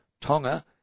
Tonga